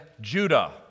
Judah